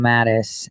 Mattis